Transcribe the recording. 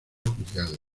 juzgados